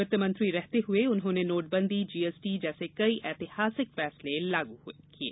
वित्तमंत्री रहते हुए उन्होंने नोटबंदी जीएसटी जैसे कई ऐतिहासिक फैसले लागू किये